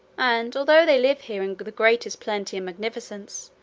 and although they live here in the greatest plenty and magnificence,